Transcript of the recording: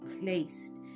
placed